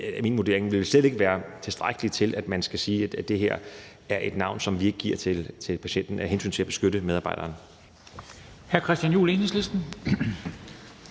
min vurdering slet ikke være tilstrækkeligt til, at man kan sige, at man ikke vil give navnet til patienten af hensyn til at beskytte medarbejderen.